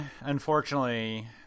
unfortunately